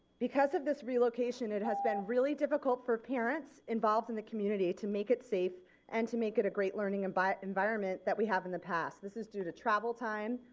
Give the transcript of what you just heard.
because of this relocation it has been really difficult for parents involved in the community to make it safe and to make it a great learning and but environment that we have in the past. this is due to travel time,